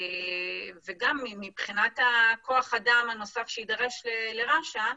גם מבחינת כוח האדם הנוסף שיידרש לרש"א,